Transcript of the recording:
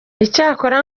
icyakora